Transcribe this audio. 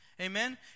amen